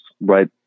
right